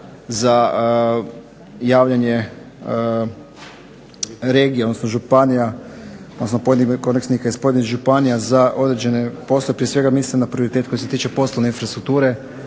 za javljanje regija, odnosno županija, odnosno pojedinih korisnika iz pojedinih županija za određene poslove. Prije svega mislim na prioritet koji se tiče poslovne infrastrukture,